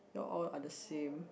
you all are the same